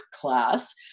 class